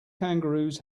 kangaroos